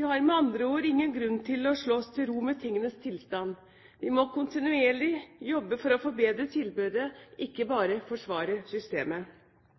Vi har med andre ord ingen grunn til å slå oss til ro med tingenes tilstand. Vi må kontinuerlig jobbe for å forbedre tilbudet, ikke bare forsvare systemet.